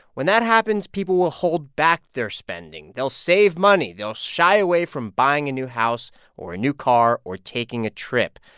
when that happens, people will hold back their spending. they'll save money. they'll shy away from buying a new house or a new car or taking a trip.